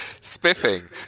Spiffing